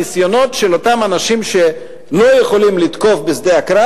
ניסיונות של אותם אנשים שלא יכולים לתקוף בשדה הקרב